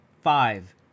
five